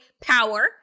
power